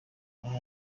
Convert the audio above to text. aha